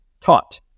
taught